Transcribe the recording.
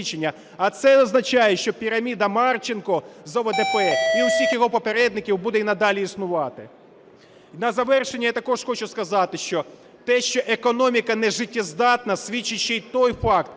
А це означає, що піраміда Марченка з ОВДП і всіх його попередників буде і надалі існувати. На завершення я також хочу сказати, що те, що економіка нежиттєздатна свідчить ще й той факт,